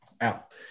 Out